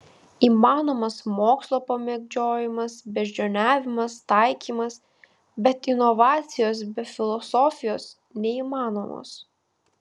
įmanomas mokslo pamėgdžiojimas beždžioniavimas taikymas bet inovacijos be filosofijos neįmanomos